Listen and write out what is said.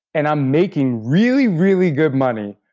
and i'm making really, really good money,